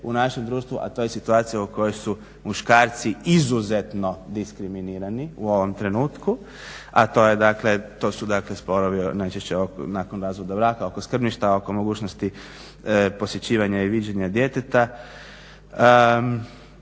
u našem društvu, a to je situacija u kojoj su muškarci izuzetno diskriminirani u ovom trenutku a to je dakle, to su dakle sporovi nakon razvoda braka, oko skrbništva, oko mogućnosti posjećivanja i viđenja djeteta.